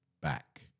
back